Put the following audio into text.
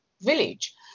village